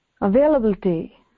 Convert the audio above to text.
availability